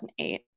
2008